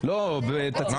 בעד,